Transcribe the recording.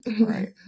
right